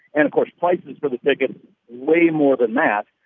and, of course, prices for the tickets way more than that.